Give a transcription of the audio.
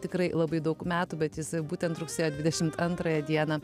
tikrai labai daug metų bet jisai būtent rugsėjo dvidešimt antrąją dieną